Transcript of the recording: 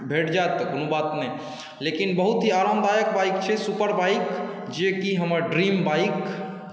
भेट जाइत तऽ कोनो बात नहि लेकिन बहुत ही आरामदायक बाइक छै सुपर बाइक जेकि हमर ड्रीम बाइक